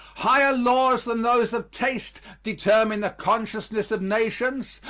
higher laws than those of taste determine the consciousness of nations.